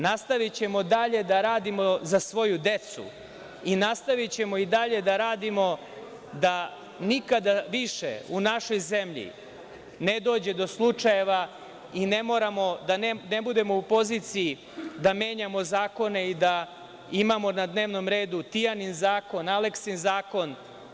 Nastavićemo dalje da radimo za svoju decu i nastavićemo i dalje da radimo da nikada više u našoj zemlji ne dođe do slučajeva i ne moramo da ne budemo u poziciji da menjamo zakone i da imamo na dnevnom redu Tijanin zakon, Aleksin zakon.